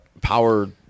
power